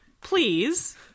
please